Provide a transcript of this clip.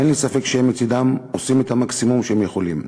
אין לי ספק שהם מצדם עושים את המקסימום שהם יכולים.